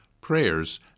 prayers